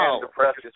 depressed